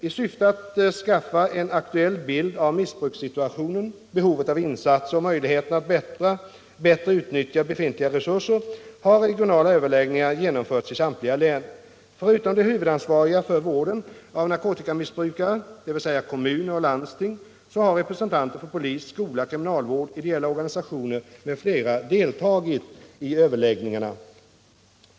I syfte att skaffa en aktuell bild av missbrukssituationen, behovet av insatser och möjligheterna att bättre utnyttja befintliga resurser har regionala överläggningar genomförts i samtliga län. Förutom de huvudansvariga för vården av narkotikamissbrukare, dvs. kommuner och landsting, har representanter för polis, skola, kriminalvård, ideella organisationer m.fl. deltagit i överläggningarna.